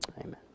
amen